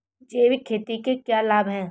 जैविक खेती के क्या लाभ हैं?